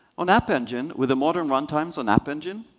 on app engine, with the modern runtimes on app engine,